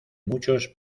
muchos